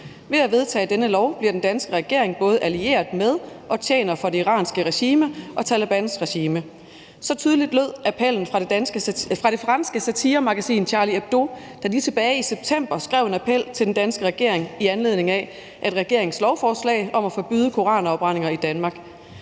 Ved at vedtage denne lov bliver den danske regering både allieret med og tjener for det iranske regime og Talebans regime. Så tydeligt lød appellen fra det franske satiremagasin Charlie Hebdo, der tilbage i september skrev en appel til den danske regering i anledning af regeringens lovforslag om at forbyde koranafbrændinger i Danmark.